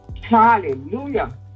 Hallelujah